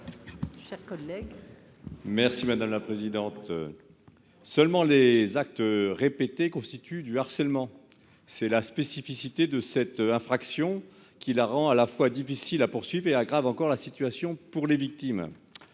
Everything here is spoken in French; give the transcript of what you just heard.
Merci madame la présidente. Seulement les actes répétés constituent du harcèlement, c'est la spécificité de cette infraction qui la rend à la fois difficile à poursuivent et aggravent encore la situation pour les victimes.